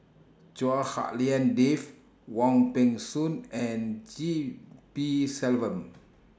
Chua Hak Lien Dave Wong Peng Soon and G P Selvam